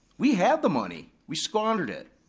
we had the money, we squandered it.